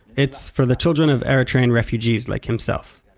it's for the children of eritrean refugees, like himself.